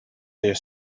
their